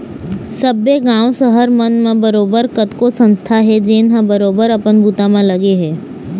सब्बे गाँव, सहर मन म बरोबर कतको संस्था हे जेनहा बरोबर अपन बूता म लगे हे